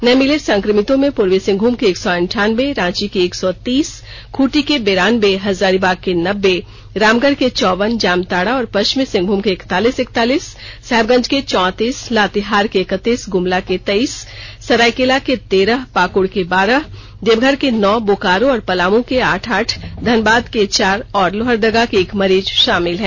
नए मिले संक्रमितों में पूर्वी सिंहभूम के एक सौ अंठानबे रांची के एक सौ तीस खूंटी के बेरानबे हजारीबाग के नब्बे रामगढ़ के चौवन जामताड़ा और पश्चिमी सिंहभूम के इकतालीस इकतालीस साहेबगंज के चौतीस लातेहार के इकतीस गुमला के तेईस सरायकेला के तेरह पाकुड़ के बारह देवघर के नौ बोकारो और पलामु के आठ आठ धनबाद के चार लोहरदगा के एक मरीज शामिल हैं